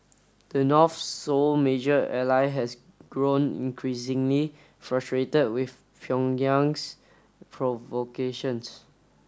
the North's sole major ally has grown increasingly frustrated with Pyongyang's provocations